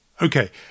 Okay